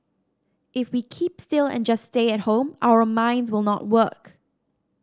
if we keep still and just stay at home our minds will not work